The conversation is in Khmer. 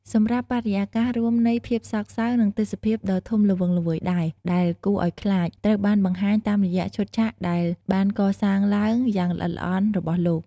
សម្រាប់បរិយាកាសរួមនៃ ភាពសោគសៅ និងទេសភាពដ៏ធំល្វឹងល្វើយដែរ ដែលគួរឲ្យខ្លាច ត្រូវបានបង្ហាញតាមរយៈឈុតឆាកដែលបានកសាងឡើងយ៉ាងល្អិតល្អន់របស់លោក។